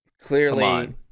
clearly